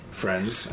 friends